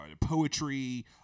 poetry